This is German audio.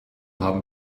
haben